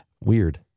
Weird